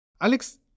Alex